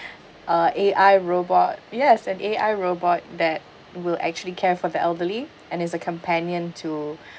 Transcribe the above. uh A_I robot yes an A_I robot that will actually care for the elderly and as a companion to